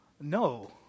No